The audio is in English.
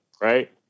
Right